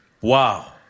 Wow